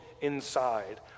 inside